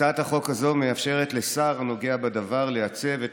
הצעת החוק הזו מאפשרת לשר הנוגע בדבר לעצב את